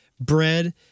Bread